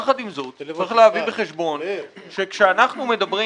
יחד עם זאת צריך להביא בחשבון שכאשר אנחנו מדברים